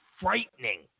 frightening